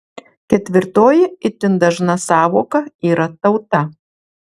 ketvirtoji itin dažna sąvoka yra tauta